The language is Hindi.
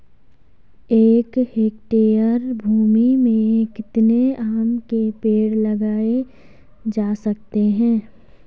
एक हेक्टेयर भूमि में कितने आम के पेड़ लगाए जा सकते हैं?